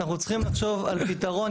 אנחנו צריכים לחשוב על פתרון.